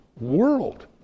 world